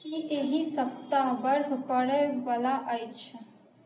की एहि सप्ताह बर्फ पड़ैवला अछि